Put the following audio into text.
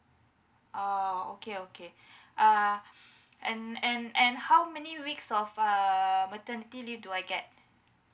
oh okay okay uh and and and how many weeks of uh maternity leave do I get